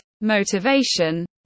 motivation